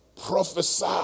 Prophesy